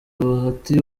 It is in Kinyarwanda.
bahati